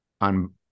on